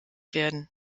werden